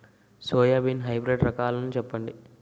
Soybean hybrid రకాలను చెప్పండి?